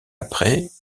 après